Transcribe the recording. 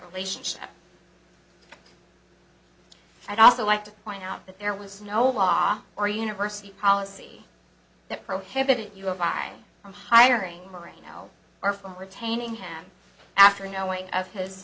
relationship i'd also like to point out that there was no law or university policy that prohibit you or buy from hiring moreno or for retaining him after knowing of his